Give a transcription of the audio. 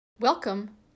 Welcome